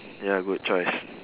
ya good choice